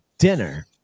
Dinner